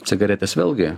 cigaretės vėlgi